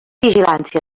vigilància